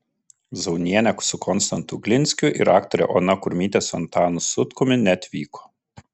zaunienė su konstantu glinskiu ir aktorė ona kurmytė su antanu sutkumi neatvyko